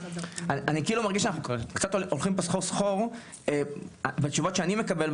אני מרגיש אנחנו קצת הולכים פה סחור סחור בתשובות שאני מקבל,